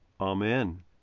Amen